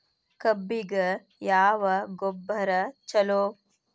ಕಬ್ಬಿಗ ಯಾವ ಗೊಬ್ಬರ ಛಲೋ?